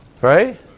Right